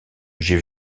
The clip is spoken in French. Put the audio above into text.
j’ai